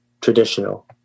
traditional